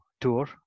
tour